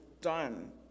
done